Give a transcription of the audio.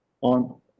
on